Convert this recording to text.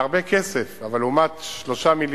זה הרבה כסף אבל לעומת 3 מיליארד,